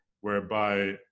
whereby